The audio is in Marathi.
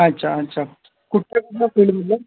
अच्छा अच्छा कुठल्या कुठल्या फिल्डमधले